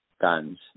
guns